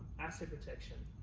asset protection.